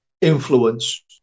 Influence